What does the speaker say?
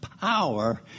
power